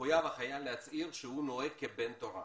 מחויב החייל להצהיר שהוא נוהג כבן תורה.